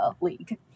league